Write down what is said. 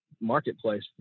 marketplace